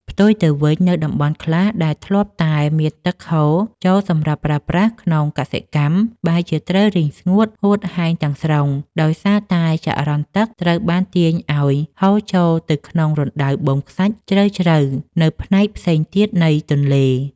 ផ្ទុយទៅវិញ នៅតំបន់ខ្លះដែលធ្លាប់តែមានទឹកហូរចូលសម្រាប់ប្រើប្រាស់ក្នុងកសិកម្ម បែរជាត្រូវរីងស្ងួតហួតហែងទាំងស្រុង ដោយសារតែចរន្តទឹកត្រូវបានទាញឱ្យហូរចូលទៅក្នុងរណ្តៅបូមខ្សាច់ជ្រៅៗនៅផ្នែកផ្សេងទៀតនៃទន្លេ។